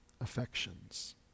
affections